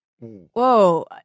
Whoa